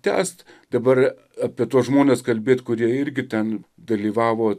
tęst dabar apie tuos žmones kalbėt kurie irgi ten dalyvavo